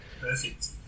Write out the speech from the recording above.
Perfect